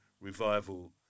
revival